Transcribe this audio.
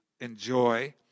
enjoy